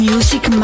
Music